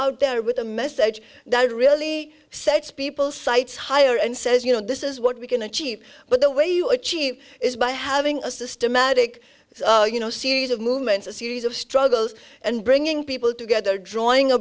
out there with a message that really sets people sights higher and says you know this is what we can achieve but the way you achieve is by having a systematic you know series of movements a series of struggles and bringing people together drawing a